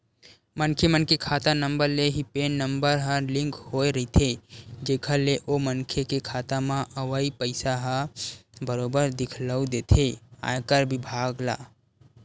मनखे मन के खाता नंबर ले ही पेन नंबर ह लिंक होय रहिथे जेखर ले ओ मनखे के खाता म अवई पइसा ह बरोबर दिखउल देथे आयकर बिभाग ल